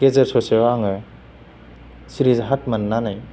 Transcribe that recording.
गेजेर ससेयाव आङो सिरिजाहाथ मोननानै